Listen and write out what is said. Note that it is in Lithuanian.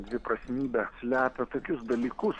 dviprasmybė slepia tokius dalykus